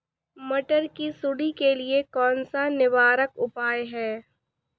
मटर की सुंडी के लिए कौन सा निवारक उपाय है?